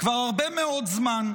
כבר הרבה מאוד זמן,